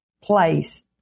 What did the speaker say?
place